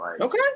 Okay